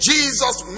Jesus